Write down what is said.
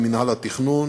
עם מינהל התכנון,